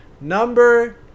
number